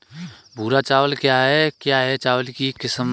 भूरा चावल क्या है? क्या यह चावल की एक किस्म है?